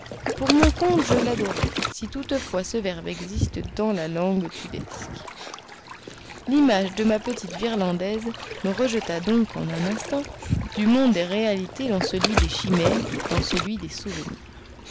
pour mon compte je l'adorais si toutefois ce verbe existe dans la langue tudesque l'image de ma petite virlandaise me rejeta donc en un instant du monde des réalités dans celui des chimères dans celui des souvenirs